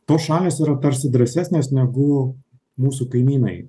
tos šalys yra tarsi drąsesnės negu mūsų kaimynai